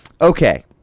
Okay